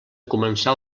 començar